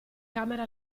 camera